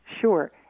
Sure